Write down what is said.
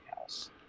House